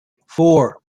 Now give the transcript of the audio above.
four